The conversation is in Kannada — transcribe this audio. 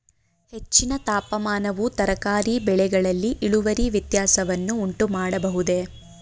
ಹೆಚ್ಚಿನ ತಾಪಮಾನವು ತರಕಾರಿ ಬೆಳೆಗಳಲ್ಲಿ ಇಳುವರಿ ವ್ಯತ್ಯಾಸವನ್ನು ಉಂಟುಮಾಡಬಹುದೇ?